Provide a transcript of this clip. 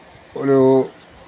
ഒരൂ